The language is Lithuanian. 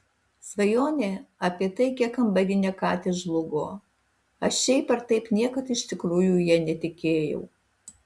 svajonė apie taikią kambarinę katę žlugo aš šiaip ar taip niekad iš tikrųjų ja netikėjau